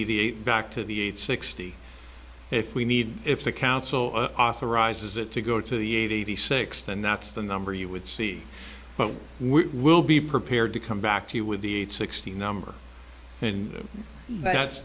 the back to the eight sixty if we need if the council authorizes it to go to the eighty six then that's the number you would see but we will be prepared to come back to you with the eight sixty number and that's